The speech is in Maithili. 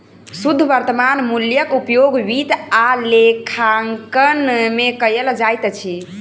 शुद्ध वर्त्तमान मूल्यक उपयोग वित्त आ लेखांकन में कयल जाइत अछि